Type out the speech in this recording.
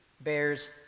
bears